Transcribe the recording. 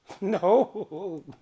No